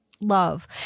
Love